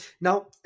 now